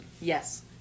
Yes